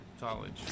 college